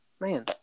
Man